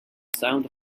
sound